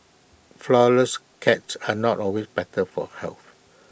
Flourless Cakes are not always better for health